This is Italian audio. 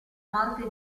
morte